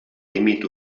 límit